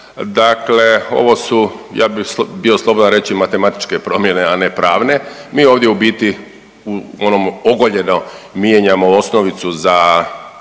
Dakle, ovo su ja bih bio slobodan reći matematičke promjene, a ne pravne. Mi ovdje u biti ono ogoljeno mijenjamo osnovicu za